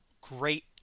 great